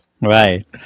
right